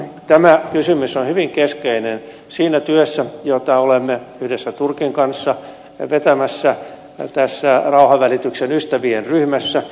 tämä kysymys on hyvin keskeinen siinä työssä jota olemme yhdessä turkin kanssa vetämässä tässä rauhanvälityksen ystävät ryhmässä